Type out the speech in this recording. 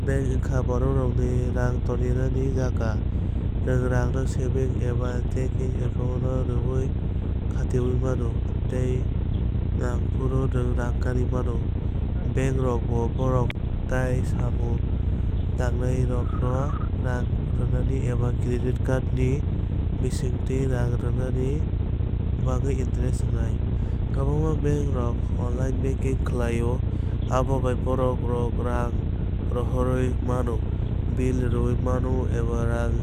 Bank wngkha borokrok rang rwmani tei jaga. Nwng rangno saving eba checking account o rwwi khatioui mano tei nangphuru rangno tubuwi mano. Bank rokbo borok tei samung tangnairokno rang rwnai eba credit card ni bisingtwi rang rwnai bagwi interest rwnai. Kwbangma bank rok online banking khlai o abo bai borok rok rang rohorwi mano bill rwwi mano eba rang